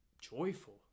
joyful